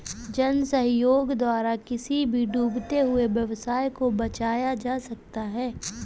जन सहयोग द्वारा किसी भी डूबते हुए व्यवसाय को बचाया जा सकता है